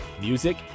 music